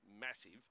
massive